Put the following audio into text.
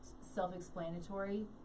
self-explanatory